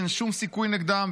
אין שום סיכוי נגדם,